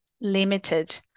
limited